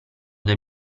del